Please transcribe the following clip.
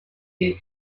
est